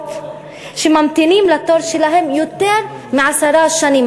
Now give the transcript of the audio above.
משפחות שממתינות לתור שלהן יותר מעשר שנים.